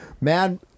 Mad